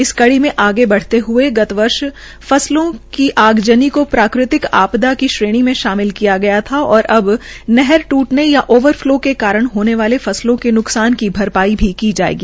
इस कड़ी में आगे बढ़ते हये गत वर्ष फसलों की आगज़नी को प्राकृतिक आपदा श्रेणी में शामिल किया था और अब नहर टूटने या ओवर फलो के कारण होने वाले फसलों के न्कसान की भरपाई भी की जायेगी